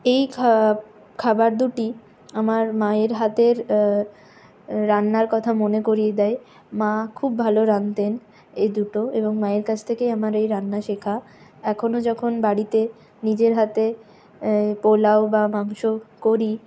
এই খা খাবার দুটি আমার মায়ের হাতের রান্নার কথা মনে করিয়ে দেয় মা খুব ভালো রাঁধতেন এই দুটো এবং মায়ের কাছ থেকেই আমার এই রান্না শেখা এখনও যখন বাড়িতে নিজের হাতে পোলাও বা মাংস করি